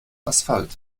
asphalt